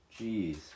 Jeez